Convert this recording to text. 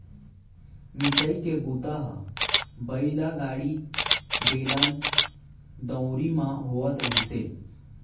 मिसाई के बूता ह बइला गाड़ी, बेलन, दउंरी म होवत रिहिस हे